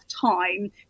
time